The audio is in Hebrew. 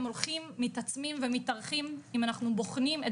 הם הולכים ומתעצמים ומתארכים אם אנחנו בוחנים את